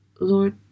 Lord